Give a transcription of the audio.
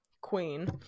queen